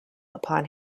upon